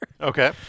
Okay